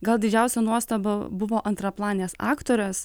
gal didžiausia nuostaba buvo antraplanės aktorės